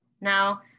now